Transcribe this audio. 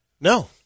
No